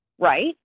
right